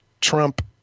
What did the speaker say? trump